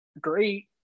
great